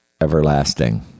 everlasting